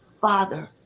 father